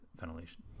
ventilation